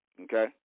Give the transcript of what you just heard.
Okay